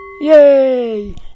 Yay